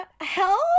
help